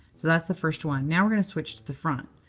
so that's the first one. now, we're going to switch to the front.